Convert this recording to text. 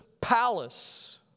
palace